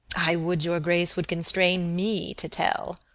i would your grace would constrain me to tell.